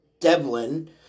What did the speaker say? Devlin